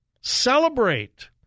celebrate